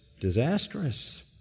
disastrous